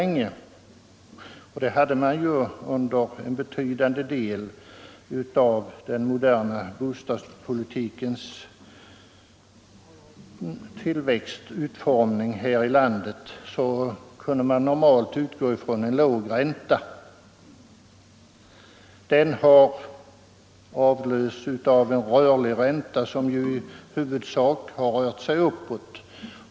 Nr 149 Under en betydande del av den tid då den moderna bostadspolitiken Onsdagen den här i landet utformades kunde man normalt utgå från en låg ränta. Denna 11-december:1974 avlöstes av en rörlig ränta, som i huvudsak rört sig uppåt.